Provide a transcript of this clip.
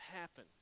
happen